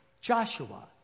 joshua